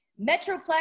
Metroplex